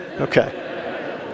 Okay